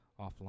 offline